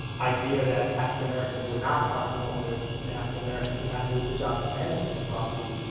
idea that african-americans were not property owners and african-americans did not do a good job of managing their property.